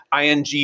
ING